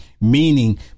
meaning